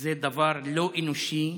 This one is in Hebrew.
זה דבר לא אנושי,